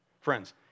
Friends